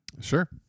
Sure